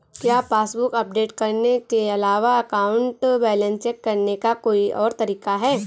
क्या passbook update करने के अलावा अकाउंट बैलेंस चेक करने का कोई और तरीका है?